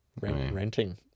renting